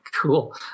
Cool